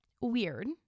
weird